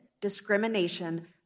discrimination